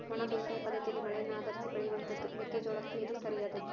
ಒಣ ಬೇಸಾಯ ಪದ್ದತಿಯಲ್ಲಿ ಮಳೆಯನ್ನು ಆಧರಿಸಿ ಬೆಳೆಯುವಂತಹದ್ದು ಮೆಕ್ಕೆ ಜೋಳಕ್ಕೆ ಇದು ಸರಿಯಾದದ್ದು